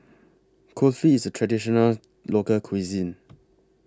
Kulfi IS A Traditional Local Cuisine